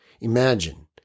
Imagine